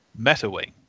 MetaWing